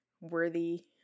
worthy